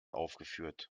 aufgeführt